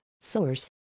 Source